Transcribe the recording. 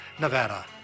Nevada